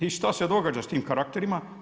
I šta se događa sa tim karakterima?